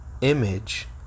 image